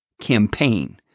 campaign